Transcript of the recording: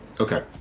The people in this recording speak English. okay